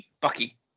bucky